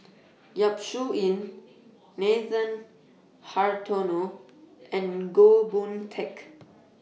Yap Su Yin Nathan Hartono and Goh Boon Teck